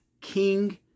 king